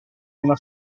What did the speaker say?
una